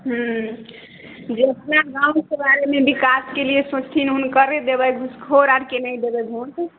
हुँ जे पूरा गामके बारेमे विकासके लिए सोचथिन हुनकरे देबै घुसखोर आओरके नहि देबै भोट